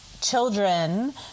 children